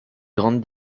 grande